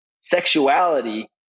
sexuality –